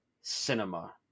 cinema